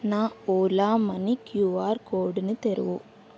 నా Ola money QR కోడ్ను తెరువుము